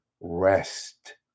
rest